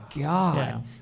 God